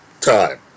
time